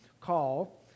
call